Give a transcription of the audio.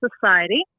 Society